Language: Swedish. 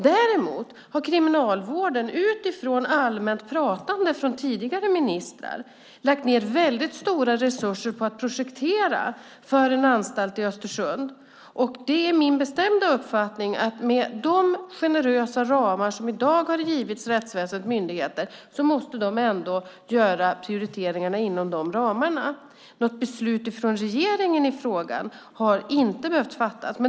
Däremot har Kriminalvården utifrån allmänt pratande från tidigare ministrar lagt ned mycket stora resurser på att projektera för en anstalt i Östersund. Det är min bestämda uppfattning att med de generösa ramar som i dag har givits rättsväsendets myndigheter måste de själva göra prioriteringarna inom de ramarna. Något beslut av regeringen i frågan har inte behövt fattas.